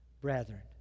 brethren